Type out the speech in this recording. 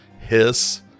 hiss